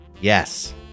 Yes